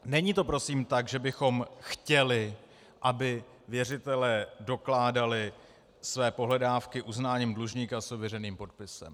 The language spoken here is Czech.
Není to prosím tak, že bychom chtěli, aby věřitelé dokládali své pohledávky uznáním dlužníka s ověřeným podpisem.